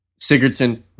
Sigurdsson